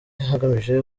hagamijwe